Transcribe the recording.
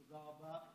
תודה רבה,